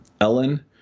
Ellen